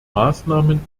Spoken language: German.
maßnahmen